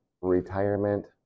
retirement